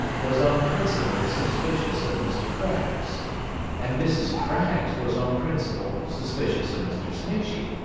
was on principle suspicious of mr. craggs and mrs. craggs was on principle suspicious of mr. snitchey.